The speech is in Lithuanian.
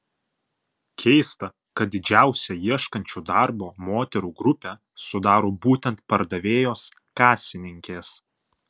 keista kad didžiausią ieškančių darbo moterų grupę sudaro būtent pardavėjos kasininkės